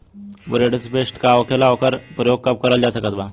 Bordeaux paste का होखेला और ओकर प्रयोग कब करल जा सकत बा?